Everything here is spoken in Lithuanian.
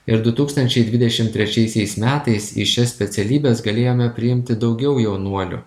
ir du tūkstančiai dvidešimt trečiaisiais metais į šias specialybes galėjome priimti daugiau jaunuolių